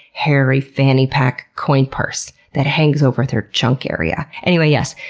hairy fanny pack coin purse that hangs over their junk area. anyway yes,